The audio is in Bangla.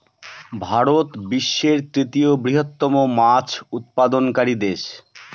ভারত বিশ্বের তৃতীয় বৃহত্তম মাছ উৎপাদনকারী দেশ